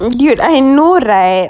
dude I know right